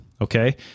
Okay